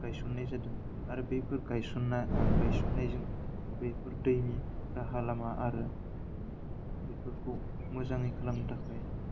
गायसन्नाय जादों आरो बेफोर गायसन्ना गायसन्नायजों बेफोर दैनि राहा लामा आरो बेफोरखौ मोजाङै खालामनो थाखाय